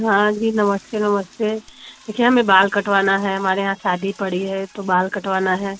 हाँ जी नमस्ते नमस्ते देखिए हमें बाल कटवाना है हमारे यहाँ शादी पड़ी है तो बाल कटवाना है